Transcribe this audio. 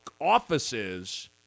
offices